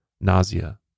nausea